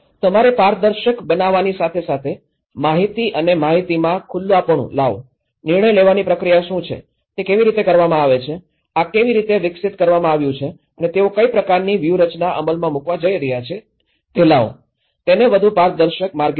તમારે પારદર્શક બનવાની સાથે સાથે માહિતી અને માહિતીમાં ખુલ્લાપણું લાવો નિર્ણય લેવાની પ્રક્રિયા શું છે તે કેવી રીતે કરવામાં આવે છે આ કેવી રીતે વિકસિત કરવામાં આવ્યું છે અને તેઓ કઈ પ્રકારની વ્યૂહરચના અમલમાં મૂકવા જઈ રહ્યા છે તે લાવો તેને વધુ પારદર્શક માર્ગે લાવો